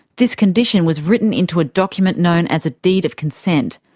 this condition was written into a document known as a deed of consent.